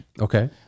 Okay